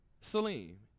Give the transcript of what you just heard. Salim